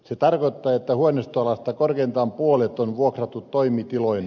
se tarkoittaa että huoneistoalasta korkeintaan puolet on vuokrattu toimitiloina